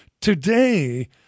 today